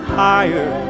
higher